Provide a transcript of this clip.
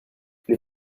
les